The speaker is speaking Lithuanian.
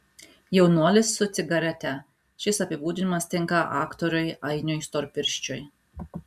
jaunuolis su cigarete šis apibūdinimas tinka aktoriui ainiui storpirščiui